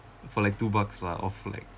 for like two bucks lah off like